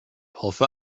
hoffe